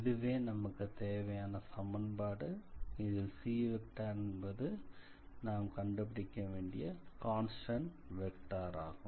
இதுவே நமக்கு தேவையான சமன்பாடு இதில் c என்பது நாம் கண்டுபிடிக்க வேண்டிய கான்ஸ்டன்ட் வெக்டார் ஆகும்